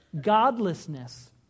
Godlessness